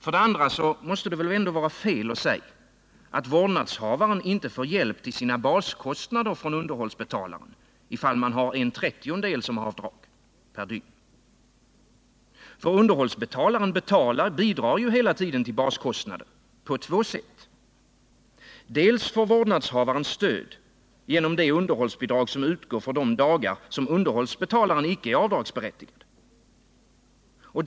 Vidare måste det vara fel att säga att vårdnadshavaren inte får hjälp till sina baskostnader från underhållsbetalaren, om man har 1/30 som avdrag per dag. Underhållsbetalaren bidrar ju hela tiden till baskostnaden på två sätt. Dels får vårdnadshavaren stöd genom det underhållsbidrag som utgår för de dagar underhållsbetalaren icke är avdragsberättigad.